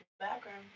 background